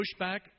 pushback